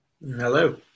Hello